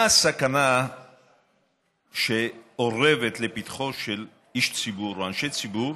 מה הסכנה שאורבת לפתחו של איש ציבור או אנשי ציבור